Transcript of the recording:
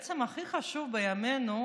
בעצם הכי חשוב בימינו,